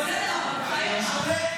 בסדר, אבל בחייך,